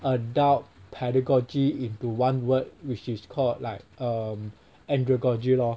adult pedagogy into one word which is called like um andragogy lor